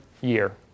year